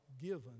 given